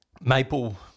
maple